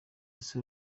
ese